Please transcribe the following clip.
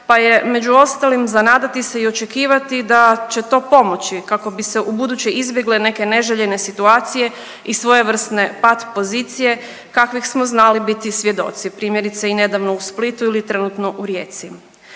pa je među ostalim za nadati se i očekivati da će to pomoći kako bi se ubuduće izbjegle neke neželjene situacije i svojevrsne pat pozicije kakvih smo znali biti svjedoci, primjerice i nedavno u Splitu ili trenutno u Rijeci.